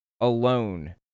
alone